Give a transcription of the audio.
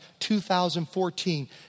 2014